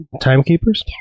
timekeepers